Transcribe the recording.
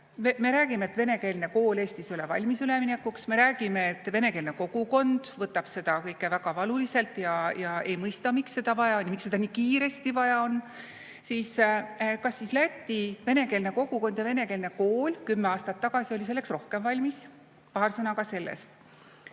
sellest, et venekeelne kool Eestis ei ole valmis üleminekuks, me räägime, et venekeelne kogukond võtab seda kõike väga valuliselt ja ei mõista, miks seda vaja on ja miks seda nii kiiresti vaja on, siis kas Läti venekeelne kogukond ja venekeelne kool kümme aastat tagasi oli selleks rohkem valmis? Paar sõna ka sellest.